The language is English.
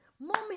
mommy